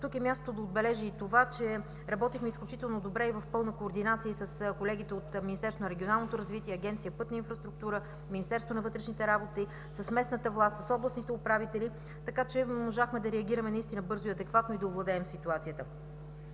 Тук е мястото да отбележа и това, че работихме изключително добре и в пълна координация с колегите от Министерството на регионалното развитие и благоустройството, Агенция „Пътна инфраструктура”, Министерството на вътрешните работи, с местната власт, с областните управители, така че можахме да реагираме наистина бързо и адекватно и да овладеем ситуацията.